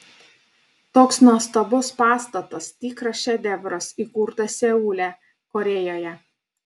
toks nuostabus pastatas tikras šedevras įkurtas seule korėjoje